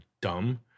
dumb